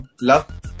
love